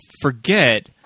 forget